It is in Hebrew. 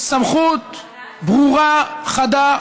סמכות ברורה, חדה.